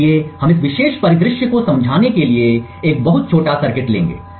इसलिए हम इस विशेष परिदृश्य को समझाने के लिए एक बहुत छोटा सर्किट लेंगे